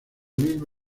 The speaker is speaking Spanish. misma